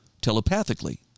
telepathically